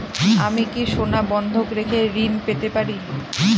আমি কি সোনা বন্ধক রেখে ঋণ পেতে পারি?